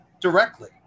directly